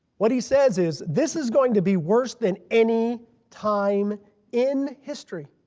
what he says is this is going to be worse than any time in history